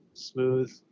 smooth